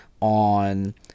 on